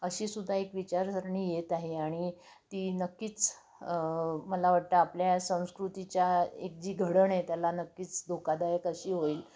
अशीसुद्धा एक विचारसरणी येत आहे आणि ती नक्कीच मला वाटतं आपल्या संस्कृतीच्या एक जी घडण आहे त्याला नक्कीच धोकादायक अशी होईल